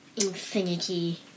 Infinity